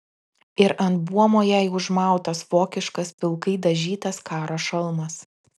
ir ant buomo jai užmautas vokiškas pilkai dažytas karo šalmas